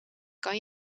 kan